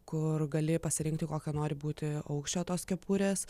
kur gali pasirinkti kokio nori būti aukščio tos kepurės